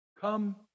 Come